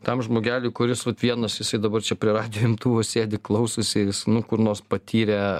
tam žmogeliui kuris vat vienas jisai dabar čia prie radijo imtuvo sėdi klausosi jis nu kur nors patyrė